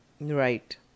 Right